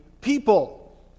people